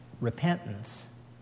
repentance